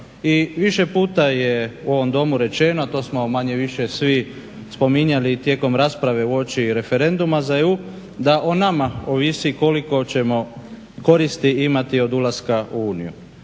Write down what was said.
I više puta je u ovom Domu rečeno, a to smo manje-više svi spominjali i tijekom rasprave uoči referenduma za EU, da o nama ovisi koliko ćemo koristi imati od ulaska u Uniju.